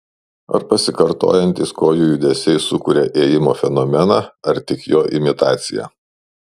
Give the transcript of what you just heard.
ar pasikartojantys kojų judesiai sukuria ėjimo fenomeną ar tik jo imitaciją